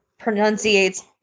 pronunciates